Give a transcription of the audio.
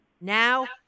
Now